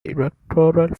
electoral